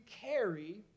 carry